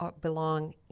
belong